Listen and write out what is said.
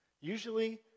Usually